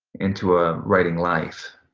into a writing life